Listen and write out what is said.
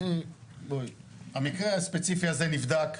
בואי, המקרה הספציפי הזה נבדק,